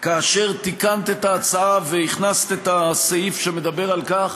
כאשר תיקנת את ההצעה והכנסת את הסעיף שמדבר על כך